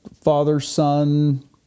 father-son